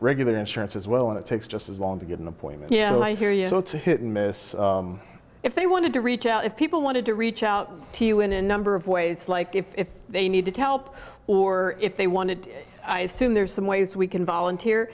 regular insurance as well and it takes just as long to get an appointment you know i hear you so it's a hit and miss if they wanted to reach out if people wanted to reach out to you in a number of ways like if they needed help or if they wanted i assume there's some ways we can volunteer